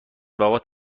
بابات